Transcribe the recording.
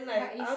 but if